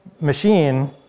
machine